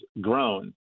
grown